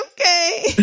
okay